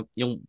yung